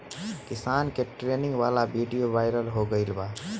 किसान के ट्रेनिंग वाला विडीओ वायरल हो गईल बा